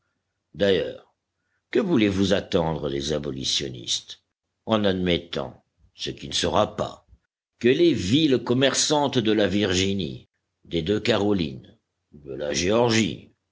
d'ailleurs que voulez-vous attendre des abolitionnistes en admettant ce qui ne sera pas que les villes commerçantes de la virginie des deux carolines de la géorgie